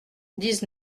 dix